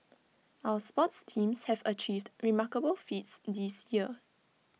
our sports teams have achieved remarkable feats this year